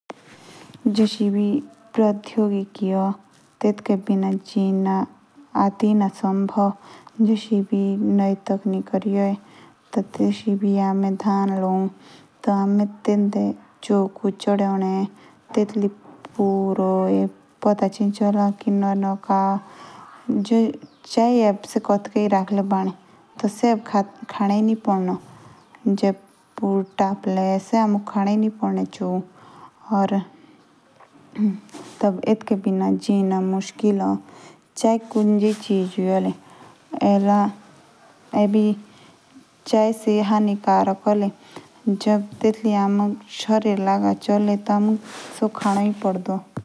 जेएस एबी प्रोद्यगिक ए। टी तेतु बिना जिमा अतिना सम्भाओ। क्योंकी तेंदि नै नै त्स्किन्क री ऐ। जेश एबि हमे धन लू। टी तेतुली हमारे चौ कुछ छुपे। जो नेये नये चौ रे बड़ी चाहे कोटके रखके बड़ी।